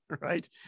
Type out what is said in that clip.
Right